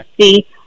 see